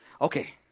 Okay